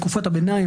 תקופת הביניים,